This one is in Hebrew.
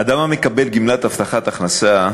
אדם המקבל גמלת הבטחת הכנסה,